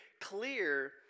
clear